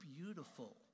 beautiful